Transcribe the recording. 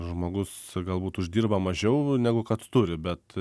žmogus galbūt uždirba mažiau negu kad turi bet